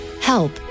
Help